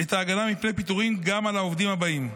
את ההגנה מפני פיטורים גם על העובדים הבאים: